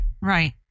Right